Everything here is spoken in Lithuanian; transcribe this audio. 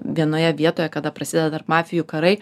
vienoje vietoje kada prasideda tarp mafijų karai